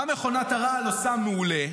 מה מכונת הרעל עושה מעולה?